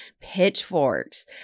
pitchforks